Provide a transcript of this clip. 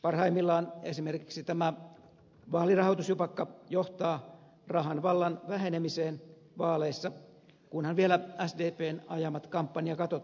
parhaimmillaan esimerkiksi tämä vaalirahoitusjupakka johtaa rahan vallan vähenemiseen vaaleissa kunhan vielä sdpn ajamat kampanjakatot saadaan mukaan